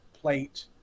plate